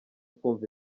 kumva